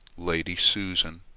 lady susan,